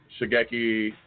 Shigeki